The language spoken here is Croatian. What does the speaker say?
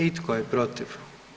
I tko je protiv?